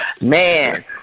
Man